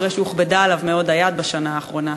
אחרי שהוכבדה עליו היד מאוד בשנה האחרונה?